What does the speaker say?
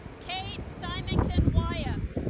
kate symington wyeth